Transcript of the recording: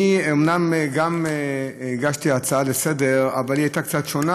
אני אומנם גם הגשתי הצעה לסדר-היום - היא הייתה קצת שונה,